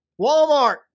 Walmart